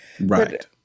Right